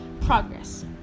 progress